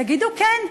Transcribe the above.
תגידו: כן,